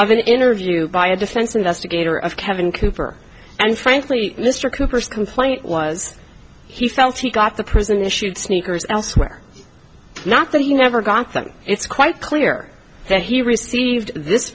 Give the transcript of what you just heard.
of an interview by a defense investigator of kevin cooper and frankly mr cooper's complaint was he felt he got the prison issued sneakers elsewhere not that he never got them it's quite clear that he received this